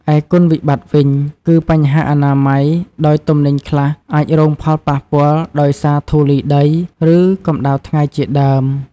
ឯគុណវិបត្តិវិញ គឺបញ្ហាអនាម័យ ដោយទំនិញខ្លះអាចរងផលប៉ះពាល់ដោយសារធូលីដី ឬកម្តៅថ្ងៃជាដើម។